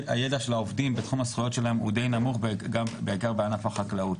והידע של העובדים בתחום הזכויות שלהם הוא די נמוך ובעיקר בענף החקלאות.